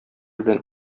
белән